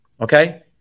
Okay